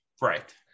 right